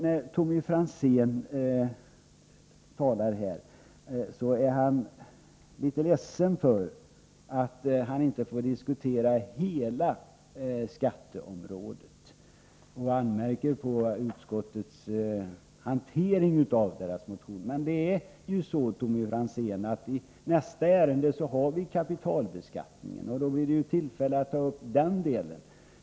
När Tommy Franzén talade föreföll han litet ledsen för att han inte får diskutera hela skatteområdet. Han anmärkte på utskottets hantering av vpk:s motion. Men, Tommy Franzén, nästa ärende gäller kapitalbeskattningen, och då blir det alltså tillfälle att ta upp den delen.